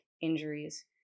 injuries